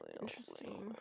Interesting